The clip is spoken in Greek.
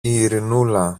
ειρηνούλα